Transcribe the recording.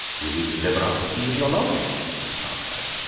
will you deliver up the key of your lodgings? said cartwright.